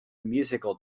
musical